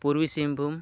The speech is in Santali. ᱯᱩᱨᱵᱚ ᱥᱤᱝᱵᱷᱩᱢ